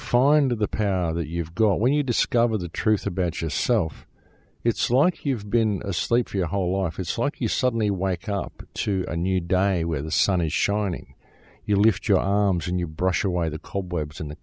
find the path that you've got when you discover the truth about yourself it's like you've been asleep for your whole life it's like you suddenly wake up to a new die where the sun is shining you lift your arms and you brush why the